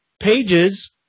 pages